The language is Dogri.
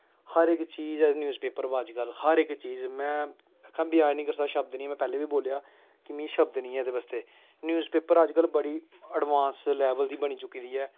हर इक चीज ऐ न्यूज़ पेपर पर अज्ज हर इक चीज में आक्खा दा बयान निं करी सकदा शब्द निं में पैह्लें बी बोलेआ कि मिगी शब्द निं ऐ एह्दे बास्तै न्यूज़ पेपर अज्ज कल बड़ी एडवांस लेवल दी बनी चुकी दी ऐ